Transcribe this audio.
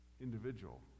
individual